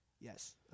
Yes